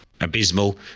abysmal